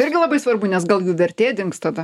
irgi labai svarbu nes gal jų vertė dings tada